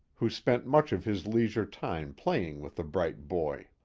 who spent much of his leisure time playing with the bright boy.